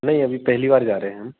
नहीं अभी पहली बार जा रहे हम